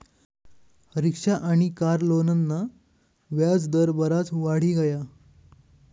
rickshaw आनी car लोनना व्याज दर बराज वाढी गया